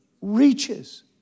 reaches